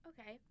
Okay